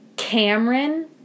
Cameron